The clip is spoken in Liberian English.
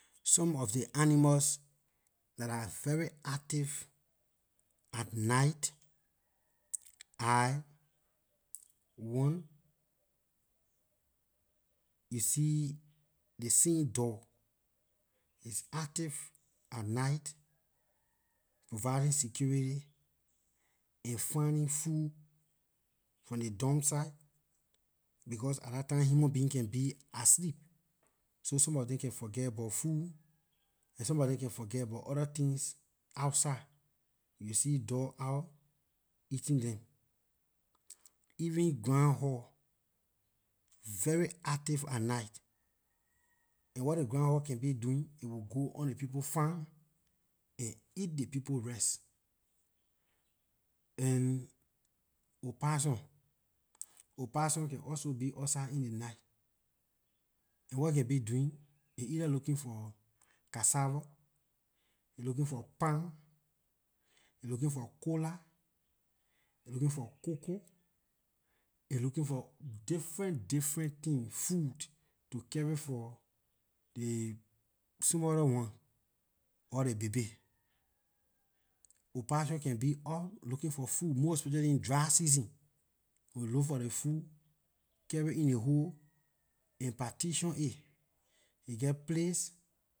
Some of ley animals dah are very active at night are one you see ley same dog it's active at night providing security and finding food from ley dump site because at that time human being can be at sleep so some of them can forget about food and some of dem can forget about orda things outside, you will see dog out eating them. Even groundhog, very active at night and what the groundhog can be doing it will go on ley people farm and eat ley people rice and opossum opossum can also be outside in ley night and what it can be doing it either looking for cassava, a looking for palm, a looking for kola, a looking for cocoa, a looking for different different things food to carry for ley smaller ones or ley baby. Opossum can be out looking for food most especially in dry season it will look for ley food carry in ley hole and partition it, a geh place